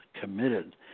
committed